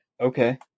Okay